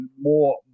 more